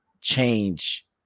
change